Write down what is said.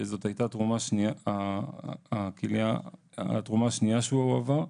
שזאת הייתה תרומת הכליה השנייה שהוא עבר.